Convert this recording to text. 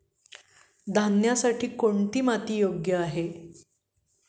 धान्यासाठी कोणती माती योग्य आहे?